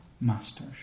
masters